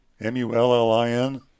M-U-L-L-I-N